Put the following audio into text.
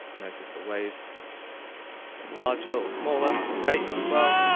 notice the waves get larger or smaller, the rate as well.